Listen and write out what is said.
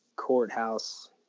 courthouse